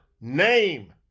Name